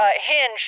hinge